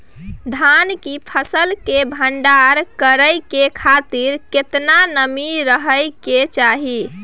धान की फसल के भंडार करै के खातिर केतना नमी रहै के चाही?